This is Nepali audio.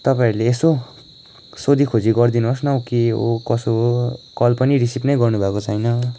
तपाईँहरूले यसो सोधीखोजी गरिदिनुहोस् न हौ के हो कसो हो कल पनि रिसिभ नै गर्नुभएको छैन